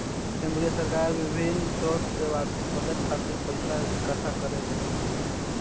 केंद्र सरकार बिभिन्न स्रोत से बार्षिक बजट खातिर पइसा इकट्ठा करेले